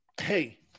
hey